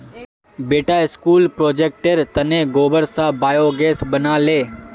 बेटा स्कूल प्रोजेक्टेर तने गोबर स बायोगैस बना ले